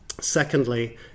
Secondly